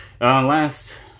Last